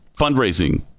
fundraising